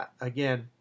Again